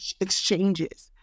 exchanges